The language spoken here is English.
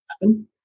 happen